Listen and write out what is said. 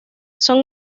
son